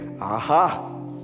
aha